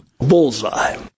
Bullseye